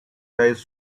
size